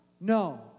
No